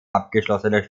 abgeschlossenes